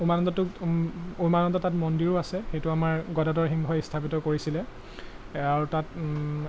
উমানন্দটোত উমানন্দ তাত মন্দিৰো আছে সেইটো আমাৰ গদাধৰ সিংহই স্থাপিত কৰিছিলে আৰু তাত